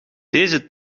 deze